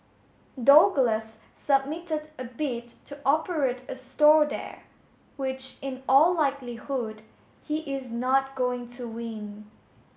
Douglas submitted a bid to operate a stall there which in all likelihood he is not going to win